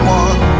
one